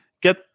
get